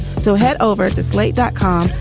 so head over to slate dot com,